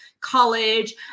college